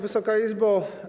Wysoka Izbo!